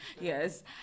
yes